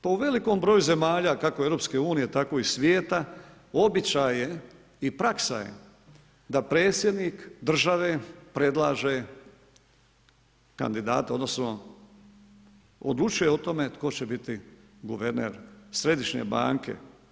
Pa u velikom broju zemalja, kako u EU, tako u svijeta, običaj je i praksa je da predsjednik države predlaže kandidata, odnosno, odlučuje o tome, tko će biti guverner Središnje banke.